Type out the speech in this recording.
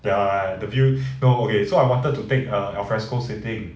ya ya the view so okay so I wanted to take a alfresco setting